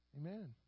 Amen